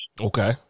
Okay